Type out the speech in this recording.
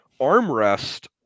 armrest